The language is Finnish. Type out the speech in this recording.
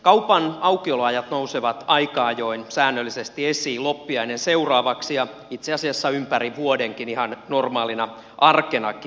kaupan aukioloajat nousevat aika ajoin säännöllisesti esiin loppiainen seuraavaksi ja itse asiassa ympäri vuoden ihan normaalina arkenakin